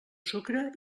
sucre